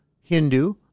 Hindu